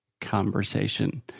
conversation